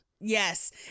Yes